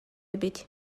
эбит